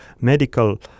medical